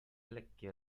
lekkie